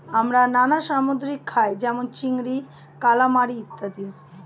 আমরা নানা সামুদ্রিক খাই যেমন চিংড়ি, কালামারী ইত্যাদি